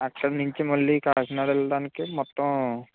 అక్కడి నుంచి మళ్లీ కాకినాడ వెళ్ళడానికి మొత్తం